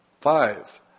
Five